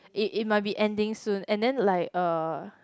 it it might be ending soon and then like uh